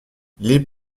les